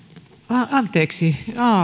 anteeksi